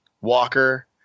Walker